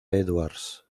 edwards